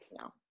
No